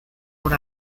por